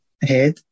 head